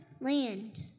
land